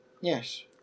Yes